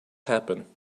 happen